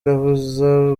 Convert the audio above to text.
iravuza